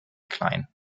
kline